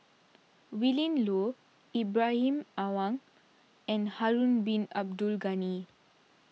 Willin Low Ibrahim Awang and Harun Bin Abdul Ghani